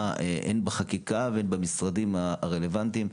הן בחקיקה והן במשרדים הרלוונטיים.